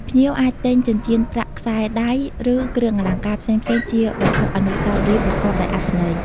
ភ្ញៀវអាចទិញ ចិញ្ចៀនប្រាក់ ខ្សែដៃ ឬគ្រឿងអលង្ការផ្សេងៗជាវត្ថុអនុស្សាវរីយ៍ប្រកបដោយអត្ថន័យ។